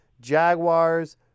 Jaguars